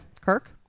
Kirk